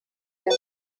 den